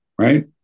right